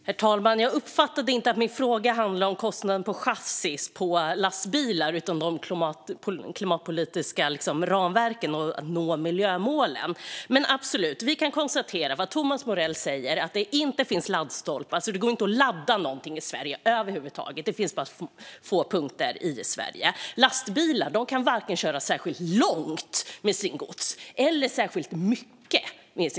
Herr talman! Jag upplevde att min fråga inte handlade om kostnaden för chassin på lastbilar utan om de klimatpolitiska ramverken och att nå miljömålen. Men, absolut, vi kan konstatera att vad Thomas Morell säger är att det inte finns laddstolpar, så det går inte att ladda någonting i Sverige över huvud taget. Det finns bara ett fåtal punkter i Sverige. Lastbilar kan inte köra vare sig särskilt långt med sitt gods eller särskilt mycket gods.